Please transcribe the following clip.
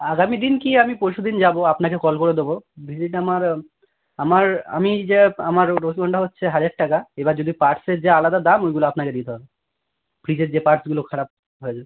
আগামী দিন কী আমি পরশু দিন যাবো আপনাকে কল করে দেবো ভিজিট আমার আমার আমি যা আমার রোজ কন্ট্র্যাক্ট হচ্ছে হাজার টাকা এবার যদি পার্টসের যা আলাদা দাম ওইগুলো আপনাকে দিতে হবে ফ্রিজের যে পার্টসগুলো খারাপ হয়েছে